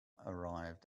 arrived